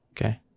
okay